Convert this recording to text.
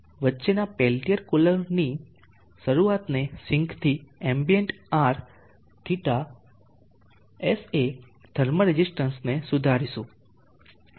હવે આપણે વચ્ચેના પેલ્ટીઅર કૂલરની રજૂઆત કરીને સિંકથી એમ્બિયન્ટ્સ Rθsa થર્મલ રેઝિસ્ટન્સને સુધારીશું